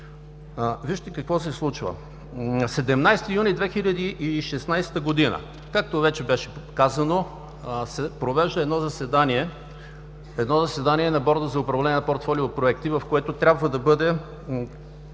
вижте какво се случва: на 17 юни 2016 г., както вече беше казано, се провежда заседание на Борда за управление на портфолио проекти, в което трябва да бъде